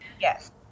Yes